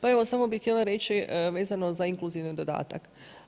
Pa evo samo bi htjela reći vezano za inkluzivni dodatak.